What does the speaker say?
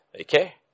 Okay